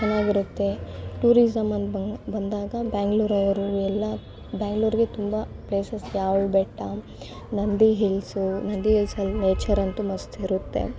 ಚೆನ್ನಾಗಿರುತ್ತೆ ಟೂರಿಸಮ್ ಅಂತ ಬಂದು ಬಂದಾಗ ಬೆಂಗ್ಳೂರವ್ರು ಎಲ್ಲ ಬೆಂಗ್ಳೂರಿಗೆ ತುಂಬ ಪ್ಲೇಸಸ್ ಯಾವ್ಯಾವ ಬೆಟ್ಟ ನಂದಿ ಹಿಲ್ಸು ನಂದಿ ಹಿಲ್ಸಲ್ಲಿ ನೇಚರಂತೂ ಮಸ್ತಿರುತ್ತೆ